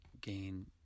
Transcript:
gain